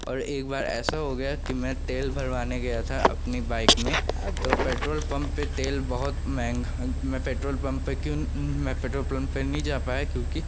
और एक बार ऐसा हो गया कि मैं तेल भरवाने गया था अपनी बाइक में तो पेट्रोल पम्प पर तेल बहुत महंगा मैं पेट्रोल पम्प पर क्यों मैं पेट्रोल पम्प पर नहीं जा पाया क्योंकि